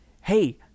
hey